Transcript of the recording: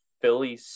Philly